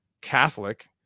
Catholic